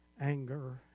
anger